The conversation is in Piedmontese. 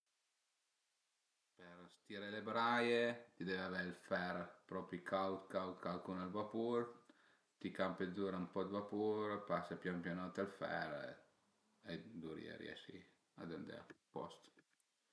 Për stiré le braie ti deve avé ël fer propi caud caud caud cun ël vapur, t'i campe zura ën po 'd vapur, pase pian pianot ël fer e durìa riesi ad andé a post